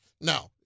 No